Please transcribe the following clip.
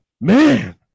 Man